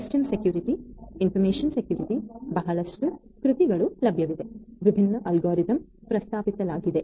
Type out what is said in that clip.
system security ಮಾಹಿತಿ security ಬಹಳಷ್ಟು ಕೃತಿಗಳು ಲಭ್ಯವಿದೆ ವಿಭಿನ್ನ ಅಲ್ಗಾರಿತಮ್ ಪ್ರಸ್ತಾಪಿಸಲಾಗಿದೆ